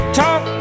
talk